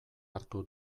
hartu